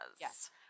yes